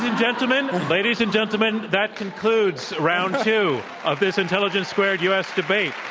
ah gentlemen, and ladies and gentlemen, that concludes round two of this intelligence squared u. s. debate.